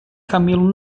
camelo